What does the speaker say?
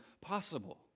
possible